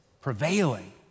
prevailing